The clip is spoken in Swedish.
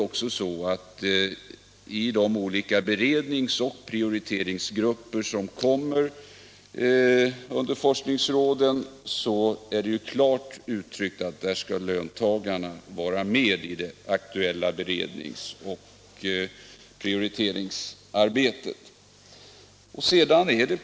Vidare är det klart uttryckt att löntagarna skall vara med i det beredningsoch prioriteringsarbete som bedrivs under forskningsråden.